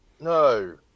no